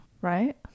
right